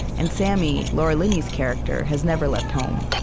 and sammy, laura linney's character, has never left home.